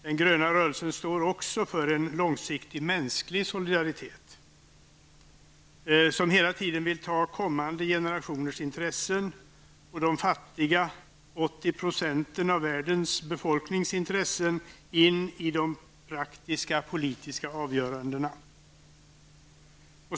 Den gröna rörelsen står också för en långsiktig mänsklig solidaritet, som hela tiden vill ta med kommande generationers intressen och intressena hos de fattiga 80 % av världens befolkning i de praktiska politiska avgörandena.